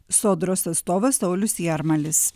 sodros atstovas saulius jarmalis